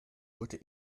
wurde